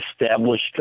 established